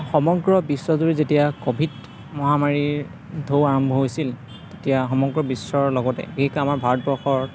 সমগ্ৰ বিশ্বজুৰি যেতিয়া ক'ভিড মহামাৰীৰ ঢৌ আৰম্ভ হৈছিল তেতিয়া সমগ্ৰ বিশ্বৰ লগতে বিশেষকৈ আমাৰ ভাৰতবৰ্ষ